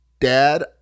dad